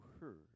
heard